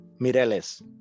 Mireles